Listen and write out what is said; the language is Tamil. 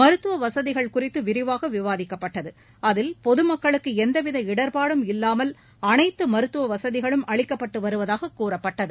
மருத்தவ வசதிகள் குறித்து விரிவாக விவாதிக்கப்பட்டது அதில் பொதுமக்களுக்கு எந்தவித இடர்பாடும் இல்லாமல் அனைத்து மருத்துவ வசதிகளும் அளிக்கப்பட்டு வருவதாக கூறப்பட்டது